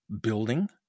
building